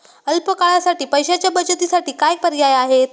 अल्प काळासाठी पैशाच्या बचतीसाठी काय पर्याय आहेत?